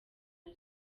ari